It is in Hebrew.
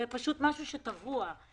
זה פשוט משהו שטבוע.